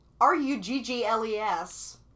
r-u-g-g-l-e-s